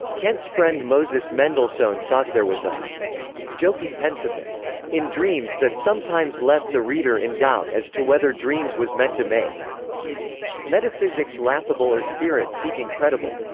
kant's friend moses mendelssohn thought there was a joking pensiveness in dreams that sometimes left the reader in doubt as to whether dreams was meant to make metaphysics laughable or spirit-seeking credible.